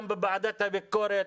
גם בוועדת הביקורת,